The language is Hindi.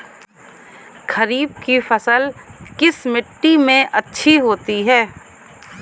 खरीफ की फसल किस मिट्टी में अच्छी होती है?